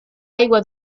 aigua